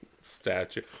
statue